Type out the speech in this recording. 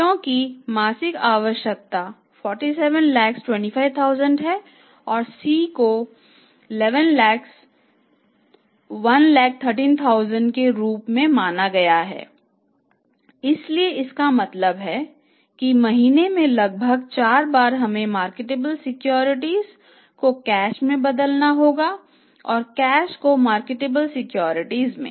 क्योंकि मासिक आवश्यकता 4725000 है और C को 113000 के रूप में मान किया गया है इसलिए इसका मतलब है कि महीने में लगभग 4 बार हमें मार्केटेबल सिक्योरिटीज में